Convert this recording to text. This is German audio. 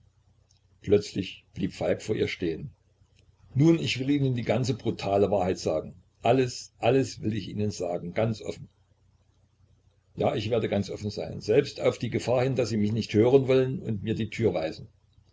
plötzlich blieb falk vor ihr stehen nun ich will ihnen die ganze brutale wahrheit sagen alles alles will ich ihnen sagen ganz offen ja ich werde ganz offen sein selbst auf die gefahr hin daß sie mich nicht hören wollen und mir die tür weisen